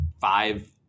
five